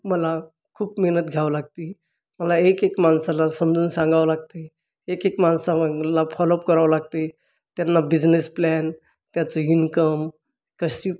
मला खूप मेहनत घ्यावं लागती मला एक एक माणसाला समजवून सांगावं लागते एक एक माणसाला फॉलोअप करावं लागते त्यांना बिझनेस प्लॅन त्याचं इन्कम कशी